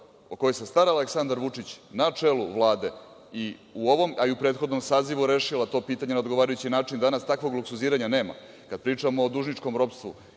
o kojoj se stara Aleksandar Vučić na čelu Vlade i u ovom, a i prethodnom sazivu rešila to pitanje na odgovarajući način danas, takvog luksuziranja nema. Kada pričamo o dužničkom ropstvu